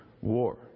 war